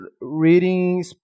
reading